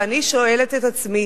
ואני שואלת את עצמי: